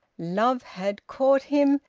love had caught him,